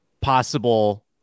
possible